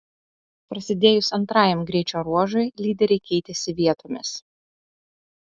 prasidėjus antrajam greičio ruožui lyderiai keitėsi vietomis